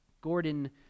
Gordon